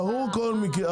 ברור שכל מקרה לגופו,